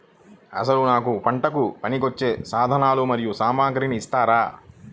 అసలు నాకు పంటకు పనికివచ్చే సాధనాలు మరియు సామగ్రిని ఇస్తారా?